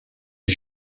est